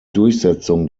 durchsetzung